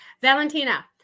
Valentina